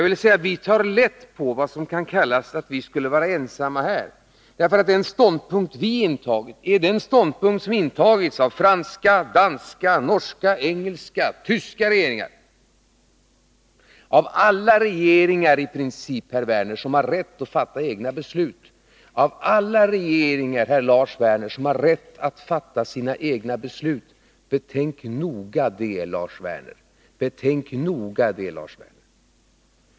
Vi tarlätt på vad som sägs om att vi skulle stå ensamma, för den ståndpunkt som vi intar är samma ståndpunkt som intagits av franska, danska, norska, engelska, tyska regeringar — av i princip alla regeringar, herr Lars Werner, som har rätt att fatta sina egna beslut. Betänk detta noga, herr Lars Werner!